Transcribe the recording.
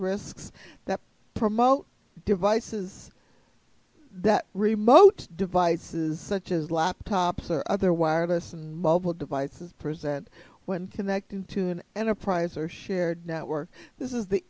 risks that promote devices that remote devices such as laptops or other wireless and mobile devices present when connecting to an enterprise are shared network this is the